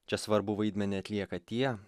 čia svarbų vaidmenį atlieka tie